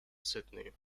sydney